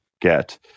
get